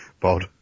Bod